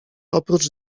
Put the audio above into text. oprócz